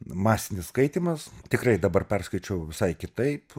masinis skaitymas tikrai dabar perskaičiau visai kitaip